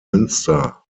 münster